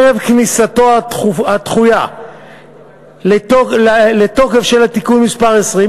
ערב כניסתו הדחויה לתוקף של תיקון מס' 20,